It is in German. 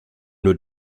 nur